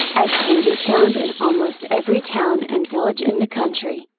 as can be found in almost every town and village in the country,